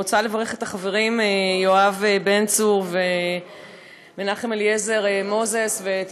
החברים יואב בן צור ומנחם אליעזר מוזס ואת